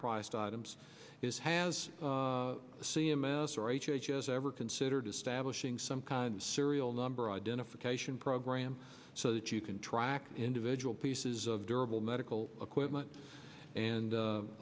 priced items is has c m s or h h s ever considered establishing some kind of serial number identification program so that you can track individual pieces of durable medical equipment and